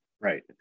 right